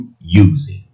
using